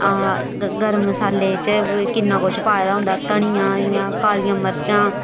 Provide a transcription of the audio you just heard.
आ गर्म मसाले च किन्ना कुछ पाए दा होंदा धनिया इ'यां कालियां मर्चां